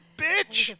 bitch